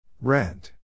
Rent